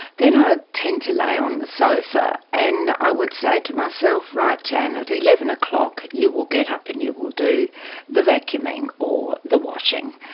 then i would tend to lay on the sofa and i would say to myself, right janne, at eleven o'clock you will get up and you will do the vacuuming or the washing.